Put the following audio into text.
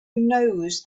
knows